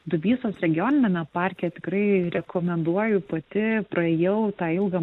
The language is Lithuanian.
dubysos regioniniame parke tikrai rekomenduoju pati praėjau tą ilgą